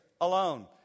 alone